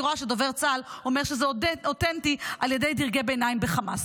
אני רואה שדובר צה"ל אומר שזה אותנטי על ידי דרגי ביניים בחמאס.